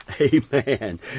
Amen